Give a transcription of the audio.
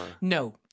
No